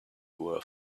were